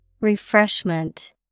Refreshment